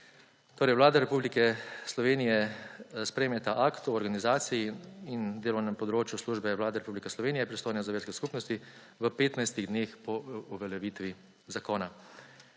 Vlada Republike Slovenije sprejme ta Akt o organizaciji in delovnem področju Službe Vlade Republike Slovenije pristojne za verske skupnosti v 15 dneh po uveljavitvi zakona.